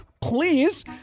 Please